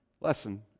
lesson